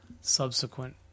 subsequent